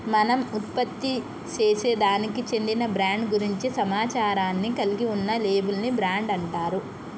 మనం ఉత్పత్తిసేసే దానికి చెందిన బ్రాండ్ గురించి సమాచారాన్ని కలిగి ఉన్న లేబుల్ ని బ్రాండ్ అంటారు